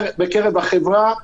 בקרב החברה,